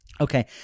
okay